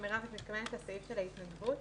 את מתכוונת לסעיף של ההתנדבות?